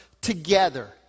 together